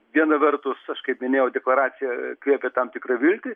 viena vertus aš kaip minėjau deklaracija kvėpė tam tikrą viltį